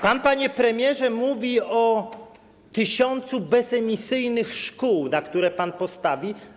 Pan, panie premierze, mówi o tysiącu bezemisyjnych szkół, na które pan postawi.